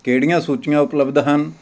ਕਿਹੜੀਆਂ ਸੂਚੀਆਂ ਉਪਲਬਧ ਹਨ